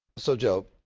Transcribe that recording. so joe,